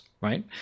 right